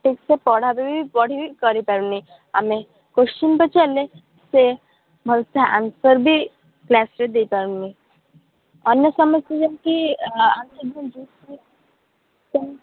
ଠିକ୍ ସେ ପଢ଼ା ବି ପଢ଼ି କରି ପାରୁନି ଆମେ କୋଶ୍ଚିନ୍ ପଚାରିଲେ ସେ ଭଲସେ ଆନ୍ସର୍ ବି କ୍ଲାସ୍ରେ ଦେଇ ପାରୁନି ଅନ୍ୟ ସମସ୍ତେ ଯେମିତି ଆନ୍ସର୍ ଦେଉଛନ୍ତି